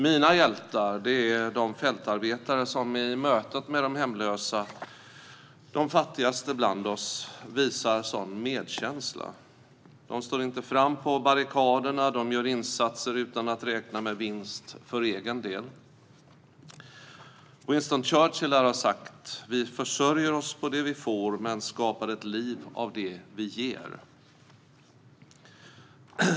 Mina hjältar är de fältarbetare som i mötet med de hemlösa, de fattigaste bland oss, visar sådan medkänsla. De står inte på barrikaderna, och de gör insatser utan att räkna med vinst för egen del. Winston Churchill lär ha sagt: Vi försörjer oss på det vi får, men skapar ett liv av det vi ger.